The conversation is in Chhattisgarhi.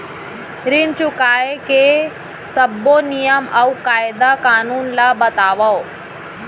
ऋण चुकाए के सब्बो नियम अऊ कायदे कानून ला बतावव